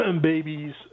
babies